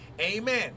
Amen